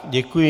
Děkuji.